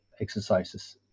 exercises